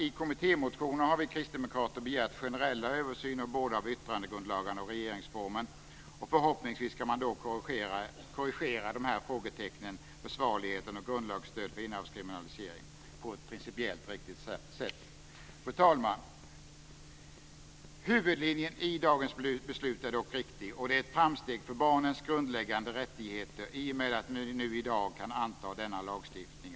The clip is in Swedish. I kommittémotioner har vi kristdemokrater begärt generella översyner både av yttrandefrihetsgrundlagarna och regeringsformen. Förhoppningsvis kan man då korrigera dessa frågetecken - försvarligheten och grundlagsstöd för innehavskriminalisering - på ett principiellt riktigt sätt. Fru talman! Huvudlinjen i dagens beslut är dock riktig. Det är ett framsteg för barnens grundläggande rättigheter att vi nu i dag kan anta denna lagstiftning.